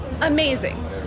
amazing